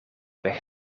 weg